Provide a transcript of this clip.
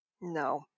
No